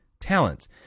talents